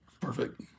Perfect